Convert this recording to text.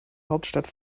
hauptstadt